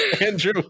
Andrew